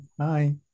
Hi